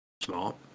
Smart